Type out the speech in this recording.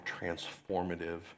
transformative